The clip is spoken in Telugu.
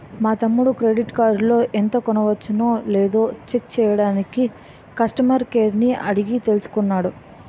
మా తమ్ముడు క్రెడిట్ కార్డులో ఎంత కొనవచ్చునో లేదో చెక్ చెయ్యడానికి కష్టమర్ కేర్ ని అడిగి తెలుసుకున్నాడు